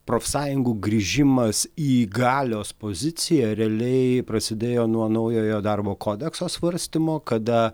profsąjungų grįžimas į galios poziciją realiai prasidėjo nuo naujojo darbo kodekso svarstymo kada